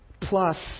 plus